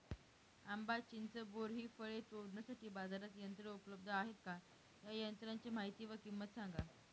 आंबा, चिंच, बोर हि फळे तोडण्यासाठी बाजारात यंत्र उपलब्ध आहेत का? या यंत्रांची माहिती व किंमत सांगा?